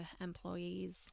employees